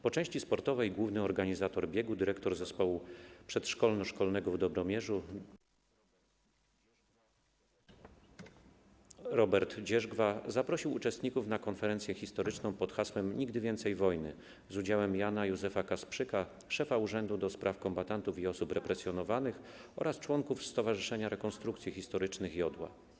Po części sportowej główny organizator biegu - dyrektor Zespołu Przedszkolno-Szkolnego w Dobromierzu Robert Dzierzgwa - zaprosił uczestników na konferencję historyczną pod hasłem ˝Nigdy więcej wojny˝, z udziałem Jana Józefa Kasprzyka, szefa Urzędu do Spraw Kombatantów i Osób Represjonowanych oraz członków Stowarzyszenia Rekonstrukcji Historycznych ˝Jodła˝